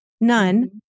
none